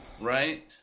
Right